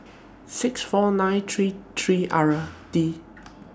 six four nine three three R D